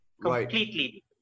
completely